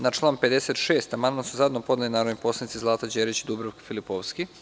Na član 56. amandman su zajedno podnele narodni poslanici Zlata Đerić i Dubravka Filipovski.